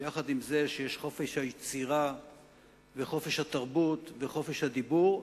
שעם זה שיש חופש היצירה וחופש התרבות וחופש הדיבור,